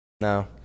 No